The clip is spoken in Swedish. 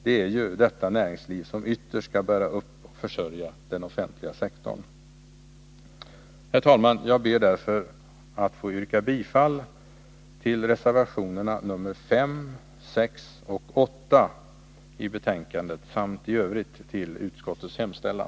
Det är ju detta näringsliv som ytterst skall bära upp och försörja den offentliga sektorn! Herr talman! Jag ber därför att få yrka bifall till reservationerna 5, 6 och 8 i arbetsmarknadsutskottets betänkande samt i övrigt till utskottets hemställan.